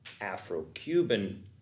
Afro-Cuban